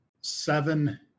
seven